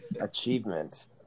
achievement